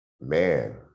man